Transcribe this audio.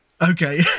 Okay